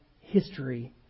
history